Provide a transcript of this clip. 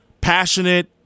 passionate